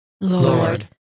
Lord